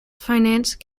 finance